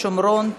התשע"ז 2017,